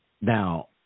Now